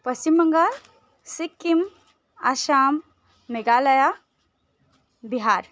Paschim Bengal Sikkim Assam Meghalaya Bihar